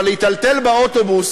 אבל להיטלטל באוטובוס